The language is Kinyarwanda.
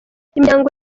imiryango